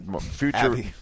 Future